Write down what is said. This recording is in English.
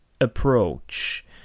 approach